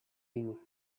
you